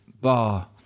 bar